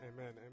amen